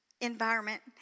environment